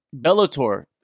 bellator